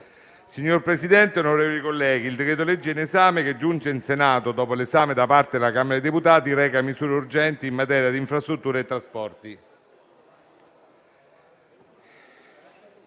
Signor Presidente, onorevoli colleghi, il decreto-legge in esame che giunge in Senato dopo l'esame da parte della Camera dei deputati, reca misure urgenti in materia di infrastrutture e trasporti.